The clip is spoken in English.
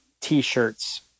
T-shirts